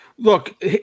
Look